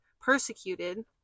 persecuted